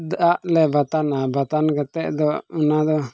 ᱫᱟᱜ ᱞᱮ ᱵᱟᱛᱟᱱᱟ ᱫᱟᱜ ᱵᱟᱛᱟᱱ ᱠᱟᱛᱮᱫ ᱫᱚ ᱚᱱᱟ ᱫᱚ